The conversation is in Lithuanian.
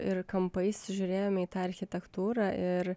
ir kampais žiūrėjome į tą architektūrą ir